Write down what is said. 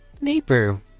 Neighbor